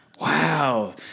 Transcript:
Wow